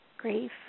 grief